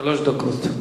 שלוש דקות.